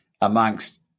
amongst